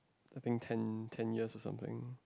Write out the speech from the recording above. I think ten ten years or something